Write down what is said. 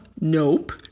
Nope